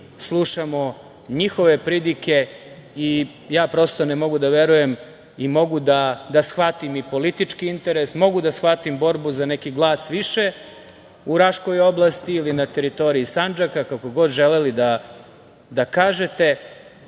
slušamo njihove pridike. Ja prosto ne mogu da verujem i mogu da shvatim i politički interes, mogu da shvatim borbu za neki glas više u Raškoj oblasti ili na teritoriji Sandžaka, kako god želeli da kažete,